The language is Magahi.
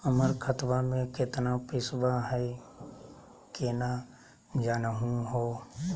हमर खतवा मे केतना पैसवा हई, केना जानहु हो?